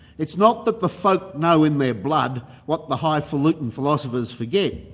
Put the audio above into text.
it's not that the folk know in their blood what the highfalutin' philosophers forget,